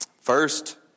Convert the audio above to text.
First